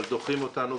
אבל דוחים אותנו,